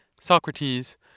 Socrates